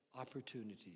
opportunities